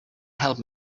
help